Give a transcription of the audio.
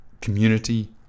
community